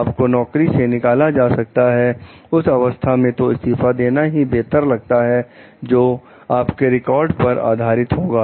आपको नौकरी से निकाला जा सकता है उस अवस्था में तो इस्तीफा देना ही बेहतर लगता है जो आपके रिकॉर्ड पर आधारित होगा